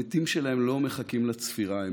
המתים שלהן לא מחכים לצפירה.